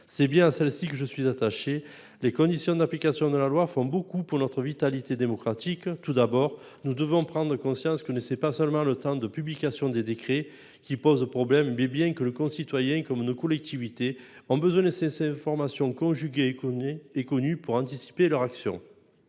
C'est bien celle-ci que je suis attaché, les conditions d'application de la loi font beaucoup pour notre vitalité démocratique tout d'abord, nous devons prendre conscience que n'essaie pas seulement le temps de publication des décrets qui pose problème. Mais bien que le concitoyen comme nos collectivités en besoin. Information conjugués. Est connu pour anticiper leur action.